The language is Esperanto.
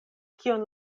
kion